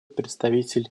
представитель